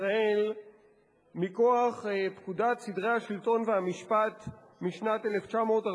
ישראל מכוח פקודת סדרי השלטון והמשפט משנת 1948